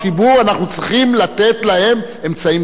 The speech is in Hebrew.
אנחנו צריכים לתת לה אמצעים לעשות זאת,